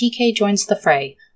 TKJoinsTheFray